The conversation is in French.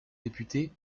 député